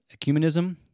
ecumenism